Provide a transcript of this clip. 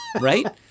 right